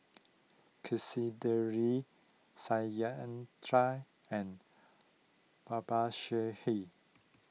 Satyendra and Babasaheb